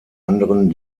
anderen